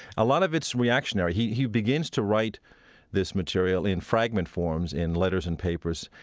a lot of it's reactionary. he he begins to write this material in fragment forms in letters and papers.